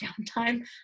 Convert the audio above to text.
downtime